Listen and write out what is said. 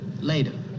Later